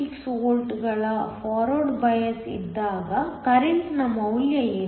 6 ವೋಲ್ಟ್ಗಳ forward biased ಇದ್ದಾಗ ಕರೆಂಟ್ನ ಮೌಲ್ಯ ಏನು